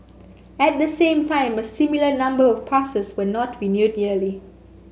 at the same time a similar number of passes were not renewed yearly